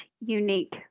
unique